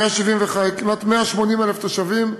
כמעט 180,000 תושבים,